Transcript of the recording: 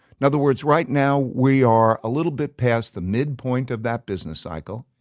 in other words, right now we are a little bit past the midpoint of that business cycle,